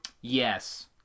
Yes